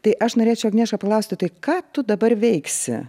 tai aš norėčiau agnieška paklausti tai ką tu dabar veiksi